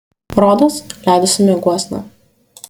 rodos leidosi mieguosna